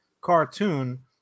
cartoon